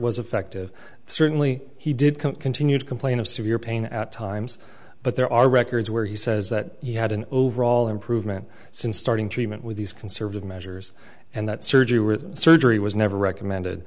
was effective certainly he did continue to complain of severe pain at times but there are records where he says that he had an overall improvement since starting treatment with these conservative measures and that surgery with surgery was never recommend